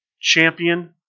champion